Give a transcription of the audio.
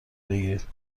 بگیرید